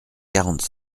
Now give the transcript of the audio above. quarante